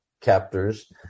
captors